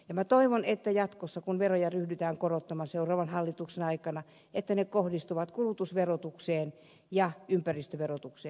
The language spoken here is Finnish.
minä toivon että jatkossa kun veroja ryhdytään korottamaan seuraavan hallituksen aikana ne suuntautuvat kulutusverotukseen ja ympäristöverotukseen